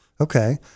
Okay